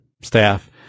staff